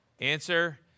Answer